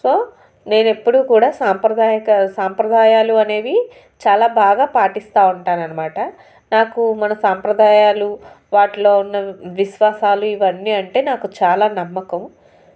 so నేను ఎప్పుడూ కూడా సాంప్రదాయం సాంప్రదాయాలు అనేవి చాలా బాగా పాటిస్తూ ఉంటాన్నమాట నాకు మన సాంప్రదాయాలు వాటిలో ఉన్న విశ్వాసాలు ఇవన్నీ అంటే నాకు చాలా నమ్మకం